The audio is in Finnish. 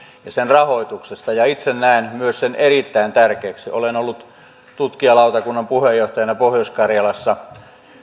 ja sen rahoituksesta ja itse näen myös sen erittäin tärkeäksi olen ollut tutkijalautakunnan puheenjohtajana pohjois karjalassa